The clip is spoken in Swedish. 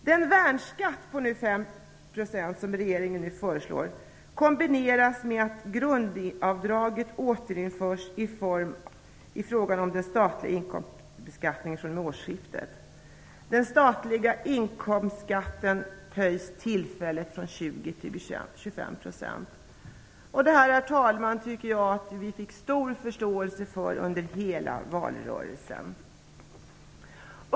Den värnskatt på 5 % som regeringen nu föreslår kombineras med att grundavdraget återinförs i fråga om statlig inkomstskatt fr.o.m. årsskiftet. Den statliga inkomstskatten höjs tillfälligt från 20 till 25 %. Jag tycker att vi fick stor förståelse för det under hela valrörelsen.